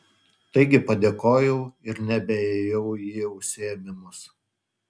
taigi padėkojau ir nebeėjau į užsiėmimus